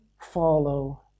follow